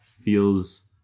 feels